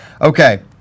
Okay